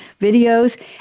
videos